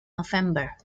november